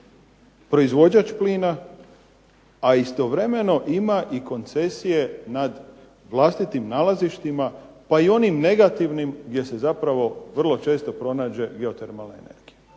proizvođač plina, a istovremeno ima i koncesije nad vlastitim nalazištima, pa i onim negativnim gdje se zapravo vrlo često pronađe geotermalne energije.